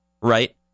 right